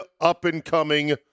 up-and-coming